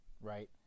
right